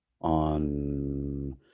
on